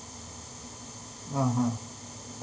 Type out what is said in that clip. (uh huh)